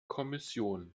kommission